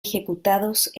ejecutados